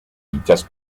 dichas